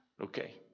Okay